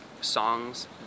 songs